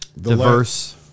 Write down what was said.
diverse